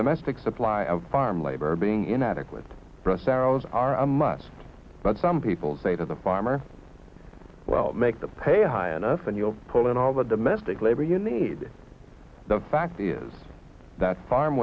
domestic supply of farm labor being inadequate brust arrows are a must but some people say to the farmer well make them pay a high enough and you'll pull in all the domestic labor you need the fact is that farm